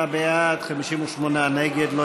57 בעד, 58 נגד.